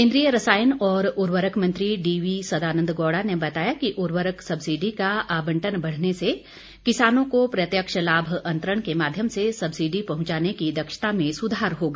केन्द्रीय रसायन और उर्वरक मंत्री डी वी सदानंद गौड़ा ने बताया कि उर्वरक सब्सिडी का आबंटन बढ़ने से किसानों को प्रत्यक्ष लाभ अंतरण के माध्यम से सब्सिडी पहंचाने की दक्षता में सुधार होगा